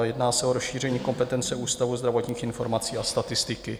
Jedná se o rozšíření kompetence Ústavu zdravotních informací a statistiky.